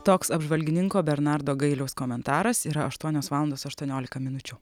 toks apžvalgininko bernardo gailiaus komentaras yra aštuonios valandos aštuoniolika minučių